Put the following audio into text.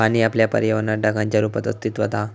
पाणी आपल्या पर्यावरणात ढगांच्या रुपात अस्तित्त्वात हा